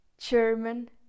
German